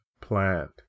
plant